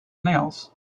nails